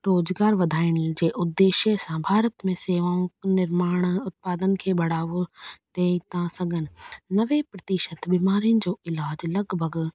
रोज़गारु वधाइण जे उद्देश्य साम भारत में सेवाऊं निर्माण उत्पादन खे बढ़ावो ॾेई था सघनि नवे प्रतिशत बीमारियुनि जो इलाजु लॻभॻि